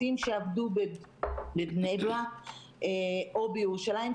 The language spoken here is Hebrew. עובדים שעבדו בבני ברק או בירושלים,